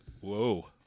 Whoa